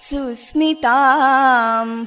Susmitam